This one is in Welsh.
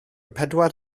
pedwar